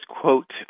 quote